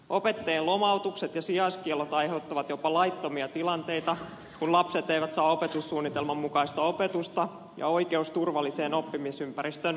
opettajien lomautukset ja sijaiskiellot aiheuttavat jopa laittomia tilanteita kun lapset eivät saa opetussuunnitelman mukaista opetusta ja oikeus turvalliseen oppimisympäristöön vaarantuu